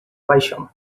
paixão